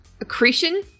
accretion